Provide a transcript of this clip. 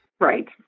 Right